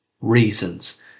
reasons